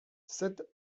sept